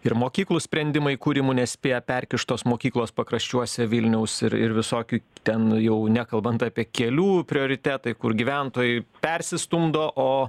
ir mokyklų sprendimai kūrimų nespėja perkištos mokyklos pakraščiuose vilniaus ir ir visokių ten jau nekalbant apie kelių prioritetai kur gyventojai persistumdo o